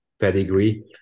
pedigree